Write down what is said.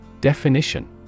Definition